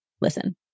listen